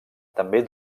també